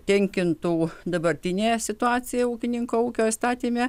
tenkintų dabartinėje situacijoje ūkininko ūkio įstatyme